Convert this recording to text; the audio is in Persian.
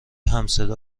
همصدا